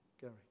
Gary